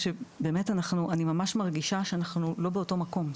אני מסכימה איתך שבאמת אני ממש מרגישה שאנחנו לא באותו מקום,